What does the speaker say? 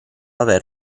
aver